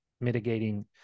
mitigating